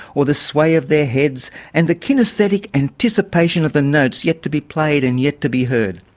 or the sway of their heads and the kinaesthetic anticipation of the notes yet to be played and yet to be heard.